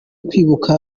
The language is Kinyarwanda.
kwibuka